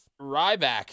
Ryback